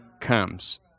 comes